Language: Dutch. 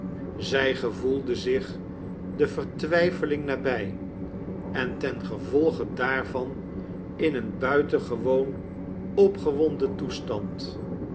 zij gevoelde zich de vertwijfeling nabij en ten gevolge daarvan in een buitengewoon opgewonden toestand